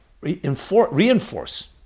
reinforce